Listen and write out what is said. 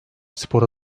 spora